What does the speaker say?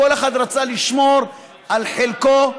כל אחד רצה לשמור על חלקו.